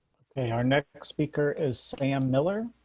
i mean our next speaker is sam miller.